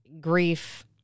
grief